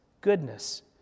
goodness